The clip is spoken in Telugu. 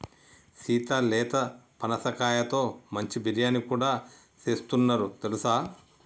సీత లేత పనసకాయతో మంచి బిర్యానీ కూడా సేస్తున్నారు తెలుసా